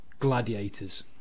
gladiators